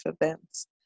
events